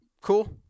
cool